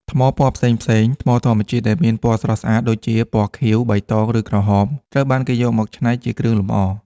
ថ្មពណ៌ផ្សេងៗ: ថ្មធម្មជាតិដែលមានពណ៌ស្រស់ស្អាត ដូចជាពណ៌ខៀវ បៃតង ឬក្រហម ត្រូវបានគេយកមកច្នៃជាគ្រឿងលម្អ។